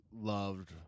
loved